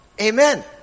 Amen